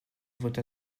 votre